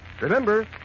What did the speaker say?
Remember